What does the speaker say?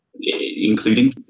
including